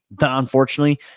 Unfortunately